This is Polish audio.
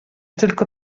tylko